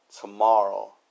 tomorrow